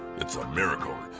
it's a miracle,